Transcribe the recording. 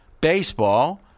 Baseball